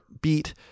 beat